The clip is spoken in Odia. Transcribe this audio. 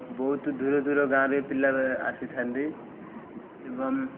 ବହୁତ ଦୂର ଦୂର ଗାଁରେ ପିଲା ଆସିଥାନ୍ତି ଏବଂ